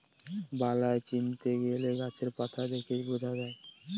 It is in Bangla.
বালাই চিনতে গেলে গাছের পাতা দেখে বোঝা যায়